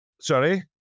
Sorry